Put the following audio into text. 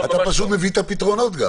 אתה פשוט מביא את הפתרונות גם.